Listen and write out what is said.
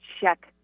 check